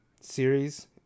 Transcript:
series